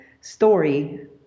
story